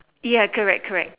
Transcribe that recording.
ya correct correct